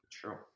True